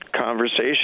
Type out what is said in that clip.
conversation